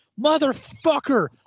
motherfucker